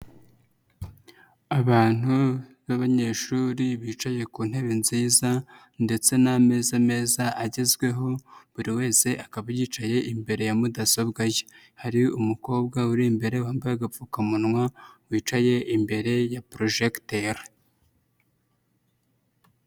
Abantu b'abanyeshuri bicaye ku ntebe nziza ndetse n'ameza meza agezweho buri wese akaba yicaye imbere ya mudasobwa ye, hari umukobwa uri imbere wambaye agapfukamunwa wicaye imbere ya projecteur.